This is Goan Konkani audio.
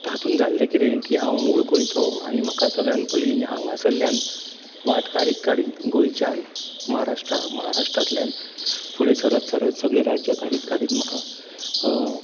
आतां हातून जाल्लें किदें की हांव मूळ गोंयचो आनी म्हाका सगल्यान पयली हांगासल्ल्यान वाट काडीत काडीत गोंयच्यान म्हाराष्ट्रान महाराष्ट्रांतल्यान फुडें सरत सरत सगलीं राज्यां काडीत काडीत म्हाका दिल्ली वयचें पडलें